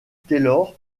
taylor